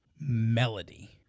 melody